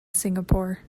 singapore